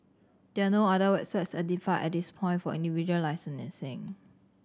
there are no other websites identified at this point for individual